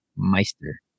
Meister